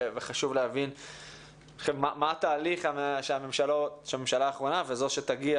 חשוב להבין מה התהליך שהממשלה האחרונה וזו שתגיע